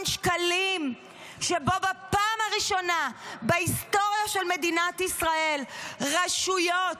שקלים שבו בפעם הראשונה בהיסטוריה של מדינת ישראל רשויות